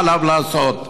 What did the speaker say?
מה עליו לעשות?